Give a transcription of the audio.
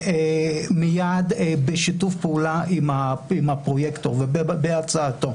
בשיתוף פעולה עם הפרוייקטור ובהצעתו